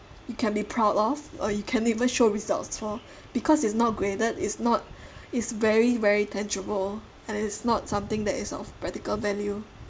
you can be proud of or you can even show results for because it's not graded it's not it's very very tangible and it's not something that is of practical value